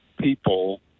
people